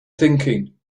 thinking